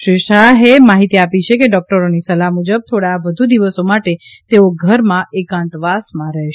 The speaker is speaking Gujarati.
શ્રી શાહે માહિતી આપી છે કે ડોકટરોની સલાહ મુજબ થોડા વધુ દિવસો માટે ઘરમાં એકાંતવાસમાં રહેશે